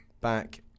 back